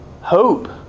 hope